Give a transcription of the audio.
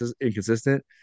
inconsistent